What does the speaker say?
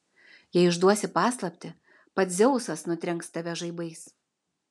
jei išduosi paslaptį pats dzeusas nutrenks tave žaibais